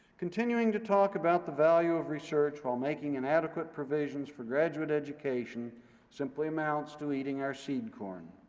continuing to talk about the value of research while making inadequate provisions for graduate education simply amounts to eating our seed corn.